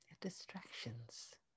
distractions